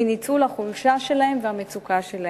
מניצול החולשה שלהם והמצוקה שלהם.